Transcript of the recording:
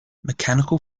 mechanical